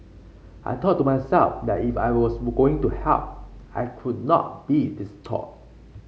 I thought to myself that if I was going to help I could not be distraught